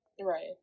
right